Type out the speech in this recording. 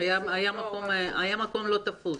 היה מקום לא תפוס.